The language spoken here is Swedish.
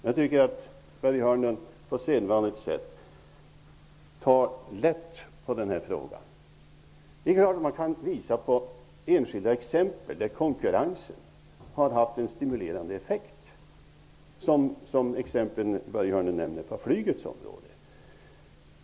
Jag tycker att Börje Hörnlund på sedvanligt sätt tar lätt på den här frågan. Det är klart att man kan visa på enskilda exempel där konkurrensen har haft en stimulerande effekt. Börje Hörnlund nämnde exempel på flygets område.